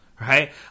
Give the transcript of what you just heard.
right